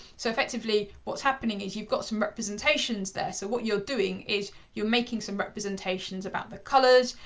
so, effectively, what's happening is you've got some representations there, so what you're doing is you're making some representations about the colors,